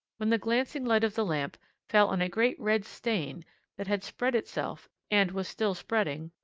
when the glancing light of the lamp fell on a great red stain that had spread itself, and was still spreading,